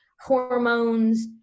hormones